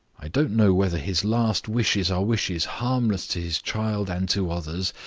i don't know whether his last wishes are wishes harmless to his child and to others,